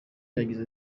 yagize